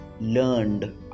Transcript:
learned